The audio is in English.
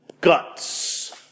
guts